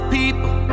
people